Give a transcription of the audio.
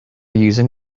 using